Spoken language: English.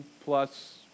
plus